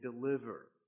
deliver